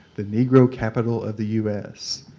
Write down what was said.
the negro capital of the us.